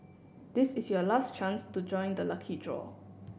this is your last chance to join the lucky draw